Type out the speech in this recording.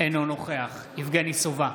אינו נוכח יבגני סובה,